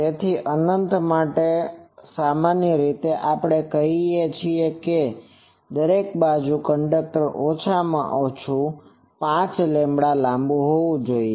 તેથી અનંત માટે સામાન્ય રીતે આપણે કહીએ છીએ કે દરેક બાજુમાં કંડક્ટર ઓછામાં ઓછું 5λ લાંબું હોવું જોઈએ